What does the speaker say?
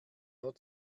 nur